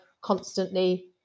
constantly